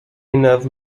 enough